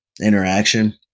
interaction